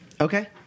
Okay